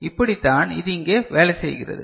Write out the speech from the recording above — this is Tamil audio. எனவே இப்படிதான்இது இங்கே வேலை செய்கிறது